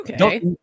Okay